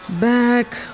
Back